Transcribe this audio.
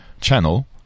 channel